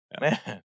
man